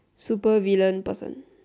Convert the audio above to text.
supervillain person